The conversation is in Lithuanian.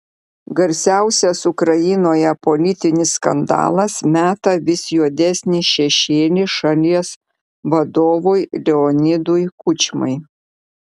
garsiausias ukrainoje politinis skandalas meta vis juodesnį šešėlį šalies vadovui leonidui kučmai